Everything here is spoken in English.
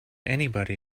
anybody